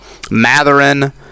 Matherin